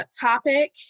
topic